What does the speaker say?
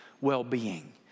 well-being